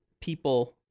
people